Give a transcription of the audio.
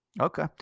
Okay